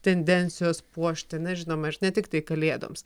tendencijos puošti na žinoma ir ne tiktai kalėdoms